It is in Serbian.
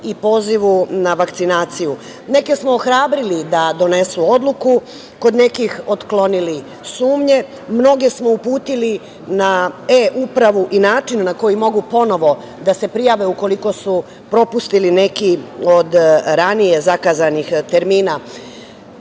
i pozivu na vakcinaciju. Neke smo ohrabrili da donesu odluku, kod nekih otklonili sumnje, mnoge smo uputili na „E-upravu“ i način na koji mogu ponovo da se prijave ukoliko su propustili neki od ranije zakazanih termina. Ono